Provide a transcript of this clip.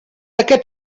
aquest